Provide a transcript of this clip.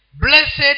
blessed